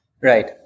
Right